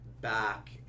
back